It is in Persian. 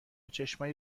چشمای